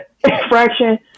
fraction